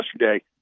yesterday